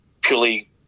purely